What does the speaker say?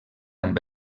amb